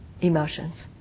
emotions